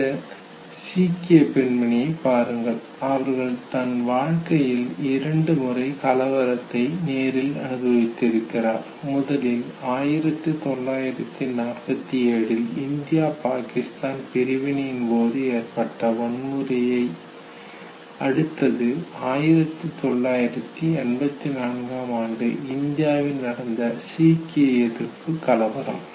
இந்த சீக்கிய பெண்மணியை பாருங்கள் அவர்கள் தன் வாழ்க்கையில் இரண்டு முறை கலவரத்தை நேரில் அனுபவித்திருக்கிறார் முதலில் 1947 ல் இந்தியா பாகிஸ்தான் பிரிவினையின்போது ஏற்பட்ட வன்முறை அடுத்தது 1984 ஆம் ஆண்டு இந்தியாவில் நடத்த சீக்கிய எதிர்ப்பு கலவரம்